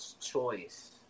choice